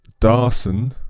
Darsen